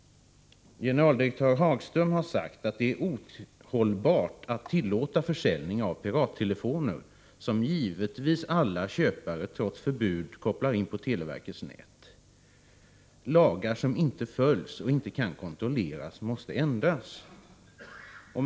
Generaldirektör Hagström har sagt att det är ohållbart att tillåta försäljning av pirattelefoner, som givetvis alla köpare trots förbud kopplar in på televerkets nät och att lagar som inte följs och inte kan kontrolleras måste ändras.